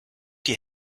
die